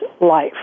life